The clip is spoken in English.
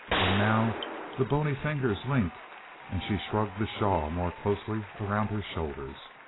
and now the bony fingers linked and she shrugged the shawl more closely around her shoulders.